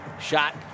shot